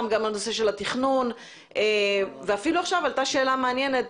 וגם בנושא התכנון ואפילו עכשיו עלתה שאלה מעניינת,